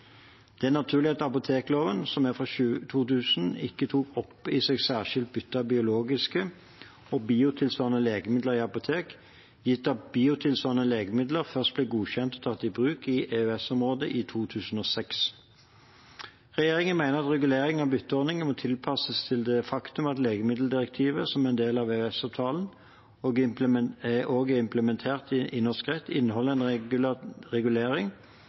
Det er naturlig at apotekloven, som er fra 2000, ikke tok opp i seg særskilt bytte av biologiske og biotilsvarende legemidler i apotek, gitt at biotilsvarende legemidler først ble godkjent tatt i bruk i EØS-området i 2006. Regjeringen mener at regulering av bytteordningen må tilpasses det faktum at legemiddeldirektivet som en del av EØS-avtalen også er implementert i norsk rett, inneholder en regulering